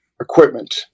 equipment